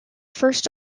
first